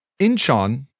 Incheon